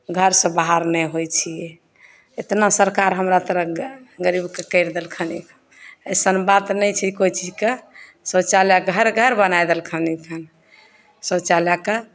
घरसँ बाहर नहि होइ छिए एतना सरकार हमरा तरह गरीबके करि देलखिन अइसन बात नहि छै कोइ चीजके शौचालय घर घर बनै देलखिन हँ शौचालयके